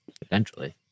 potentially